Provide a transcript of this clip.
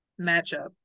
matchup